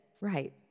right